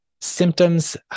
Symptoms